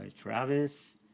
Travis